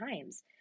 times